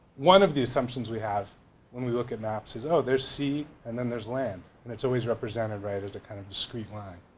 one of the assumptions we have when we look at maps is oh there's sea and then there's land and it's always represented as a kind of discrete line.